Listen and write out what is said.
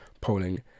polling